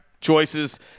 choices